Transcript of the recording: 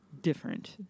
different